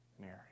Mary